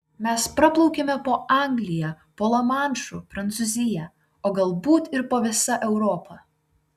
mes praplaukėme po anglija po lamanšu prancūzija o galbūt ir po visa europa